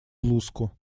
блузку